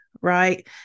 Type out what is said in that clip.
right